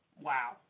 Wow